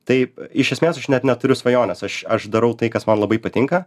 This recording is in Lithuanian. taip iš esmės aš net neturiu svajonės aš aš darau tai kas man labai patinka